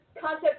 ...concept